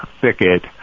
thicket